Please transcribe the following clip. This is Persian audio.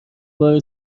باری